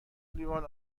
لیوان